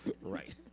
right